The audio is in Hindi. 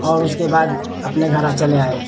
और उसके बाद अपने घर चले आए